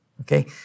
Okay